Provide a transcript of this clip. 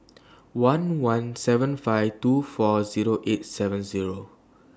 one one seven five two four Zero eight seven Zero